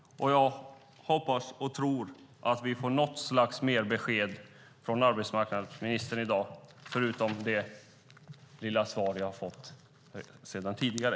Jag hoppas och tror att vi får något mer besked från arbetsmarknadsministern i dag förutom det lilla svar jag tidigare har fått.